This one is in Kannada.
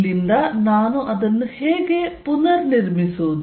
ಇಲ್ಲಿಂದ ನಾನು ಅದನ್ನು ಹೇಗೆ ನಿರ್ಮಿಸುವುದು